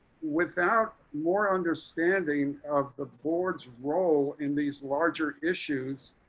without more understanding of the board's role in these larger issues.